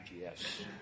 yes